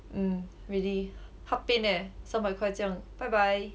mm really heart pain eh 三百块这样 bye bye